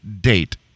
date